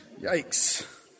Yikes